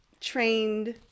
trained